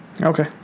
Okay